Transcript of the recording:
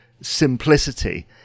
simplicity